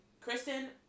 Kristen